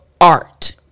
art